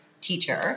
Teacher